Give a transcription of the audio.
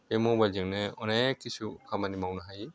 बे मबाइलजोंनो अनेक किसु खामानि मावनो हायो